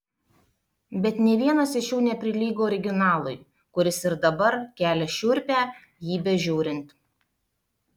bet nė vienas iš jų neprilygo originalui kuris ir dabar kelia šiurpią jį bežiūrint